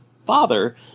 father